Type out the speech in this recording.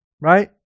right